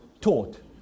taught